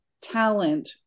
talent